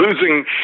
losing